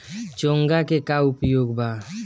चोंगा के का उपयोग बा?